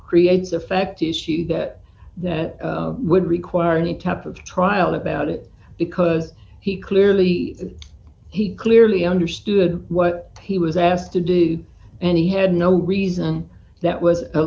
creates a fact issue that that would require any type of trial about it because he clearly he clearly understood what he was asked to do and he had no reason that was a